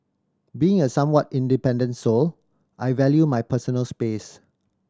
being a somewhat independent soul I value my personal space